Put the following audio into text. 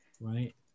Right